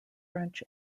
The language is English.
french